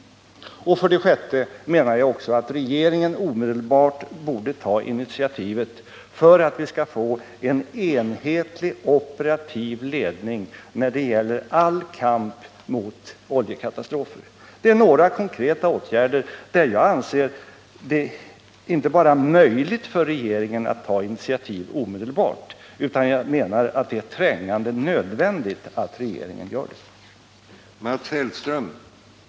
För det sjätte menar jag att regeringen omedelbart borde ta ett initiativ för att vi skall få en enhetlig operativ ledning när det gäller all kamp mot oljekatastrofer. Det är några konkreta åtgärder som jag inte bara anser att det är möjligt för regeringen att omedelbart ta initiativ till, utan där jag anser att det är trängande nödvändigt att regeringen gör detta.